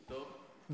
טוב.